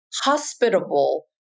hospitable